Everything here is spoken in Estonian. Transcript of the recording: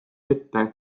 ette